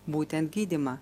būtent gydymą